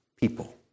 people